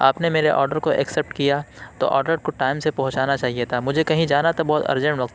آپ نے میرے آڈر کو ایکسیپٹ کیا تو آڈر کو ٹائم سے پہنچانا چاہیے تھا مجھے کہیں جانا تھا بہت ارجینٹ وقت